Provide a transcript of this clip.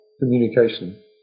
communication